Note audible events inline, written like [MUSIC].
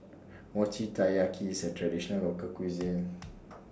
Mochi Taiyaki IS A Traditional Local Cuisine [NOISE]